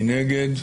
מי נגד?